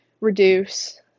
reduce